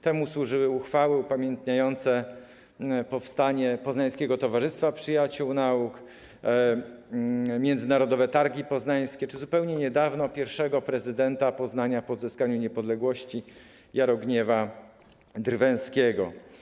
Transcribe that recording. Temu służyły uchwały upamiętniające powstanie Poznańskiego Towarzystwa Przyjaciół Nauk, Międzynarodowe Targi Poznańskie czy zupełnie niedawno pierwszego prezydenta Poznania po odzyskaniu niepodległości Jarogniewa Drwęskiego.